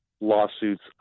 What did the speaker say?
lawsuits